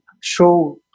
show